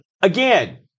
again